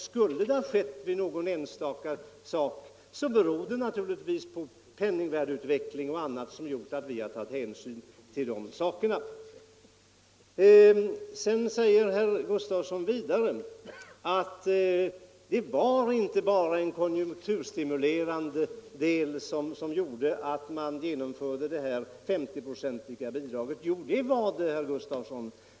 Skulle det ha skett i något enstaka ärende så beror det naturligtvis på penningvärdeutveckling och annat som vi har tagit hänsyn till. Vidare säger herr Gustavsson att det inte bara var i konjunkturstimulerande syfte som man genomförde detta 50-procentiga bidrag. Jo, det var det, herr Gustavsson.